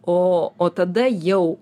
o o tada jau